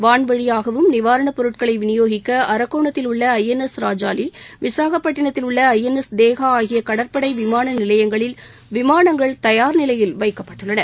வான்வழியாகவும் நிவாரணப் பொருட்களை விநியோகிக்க அரக்கோணத்தில் உள்ள ஐஎன்எஸ் ராஜாளி விசாகப்பட்டினத்தில் உள்ள ஐஎன்எஸ் தேகா ஆகிய கடற்படை விமான நிலையங்களில் விமானங்கள் தயார் நிலையில் வைக்கப்பட்டுள்ளன